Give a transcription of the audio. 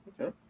Okay